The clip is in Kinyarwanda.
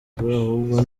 ahubwo